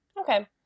Okay